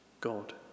God